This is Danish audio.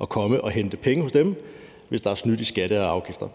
at komme og hente penge hos dem, hvis der er snydt i skat eller afgifter.